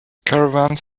caravans